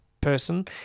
person